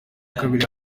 kabiri